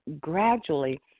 gradually